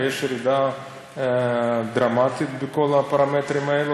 ויש ירידה דרמטית בכל הפרמטרים האלה.